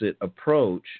approach